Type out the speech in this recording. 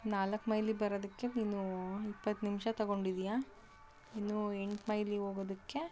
ನಾಲ್ಕು ಮೈಲಿ ಬರೋದಕ್ಕೆ ನೀನು ಇಪ್ಪತ್ತು ನಿಮಿಷ ತಗೊಂಡಿದ್ದೀಯ ಇನ್ನೂ ಎಂಟು ಮೈಲಿ ಹೋಗೋದಕ್ಕೆ